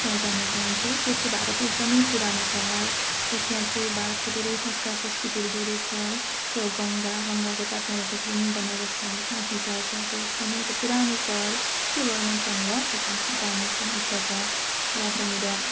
त्यहाँ जान चाहन्छु त्यो चाहिँ भारतको एकदमै पुरानो सहर र त्यहाँ चाहिँ भारतको धेरै संस्कार संस्कृतिहरू जोडिएको छ है त्यो गङ्गा गङ्गाको तटमा बसेको जुन बनारस सहर काशी सहर छ त्यो एकदमै एउटा पुरानो सहर त्यो भएर मैले त्यहाँनिर एकदम जाने एकदम इच्छा छ र त्यहाँनिर